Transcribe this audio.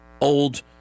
old